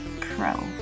Pro